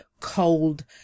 cold